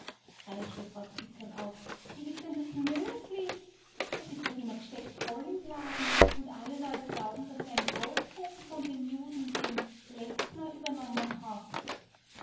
kreischte frau zwickerl auf wie ist denn das möglich es ist doch immer g'steckt voll im laden und alle leut glauben daß du eine goldgruben von dem juden dem leßner übernommen hast